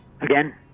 Again